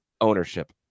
ownership